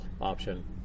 option